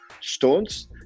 stones